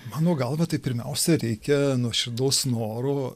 mano galva tai pirmiausia reikia nuoširdaus noro